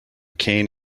cane